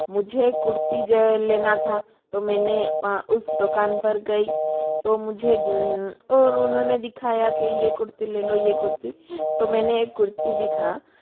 मुझे कुर्ती लेना था तो मैंने उस दुकान पर गई तो मुझे और उन्होंने दिखाया की ये कुर्ती ले लो ये कुर्ती तो मैंने एक कुर्ती दिखा